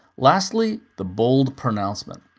lastly, the bold pronouncement.